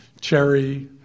Cherry